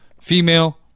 Female